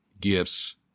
gifts